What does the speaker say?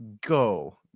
Go